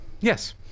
Yes